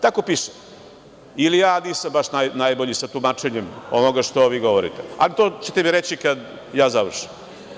Tako piše ili ja nisam baš najbolje sa tumačenjem onoga što vi govorite, a to ćete mi reći kada ja završim.